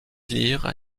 lire